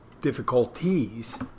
difficulties